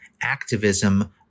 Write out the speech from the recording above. activism